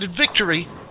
victory